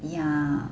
ya